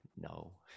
no